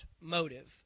motive